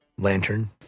lantern